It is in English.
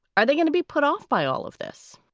are they going to be put off by all of this?